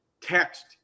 text